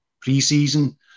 pre-season